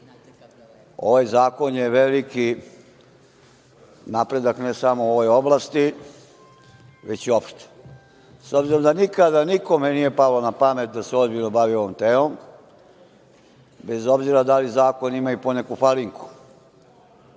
ovaj zakon je veliki napredak, ne samo u ovoj oblasti, već uopšte.S obzirom da nikada, nikome nije palo na pamet da se ozbiljno bavi ovom temom, bez obzira da li zakon ima i po neku falinku,